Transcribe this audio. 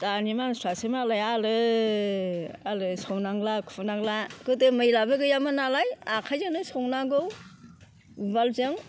दानि मानसिफ्रासो मालाय आलो आलो सावनांला खुनांला गोदो मैलाबो गैयामोन नालाय आखाइ जोंनो सौनांगौ उवालजों